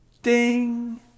Ding